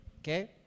okay